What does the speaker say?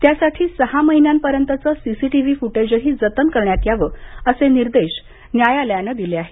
त्यासाठी सहा महिन्यांपर्यंतचं सीसीटीव्ही फुटेजही जतन करण्यात यावं असे निर्देशही न्यायालयानं दिले आहेत